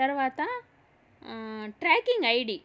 తర్వాత tracking ID